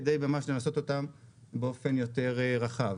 כדי ממש לנסות אותם באופן יותר רחב.